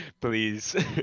Please